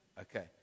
Okay